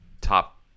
top